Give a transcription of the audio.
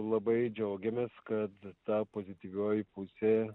labai džiaugiamės kad ta pozityvioji pusė